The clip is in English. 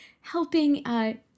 helping